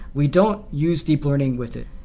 we don't use deep learning with it.